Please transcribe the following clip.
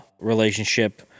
relationship